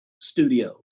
studios